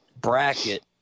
bracket